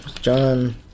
John